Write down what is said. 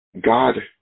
God